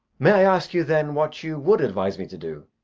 may i ask you then what you would advise me to do?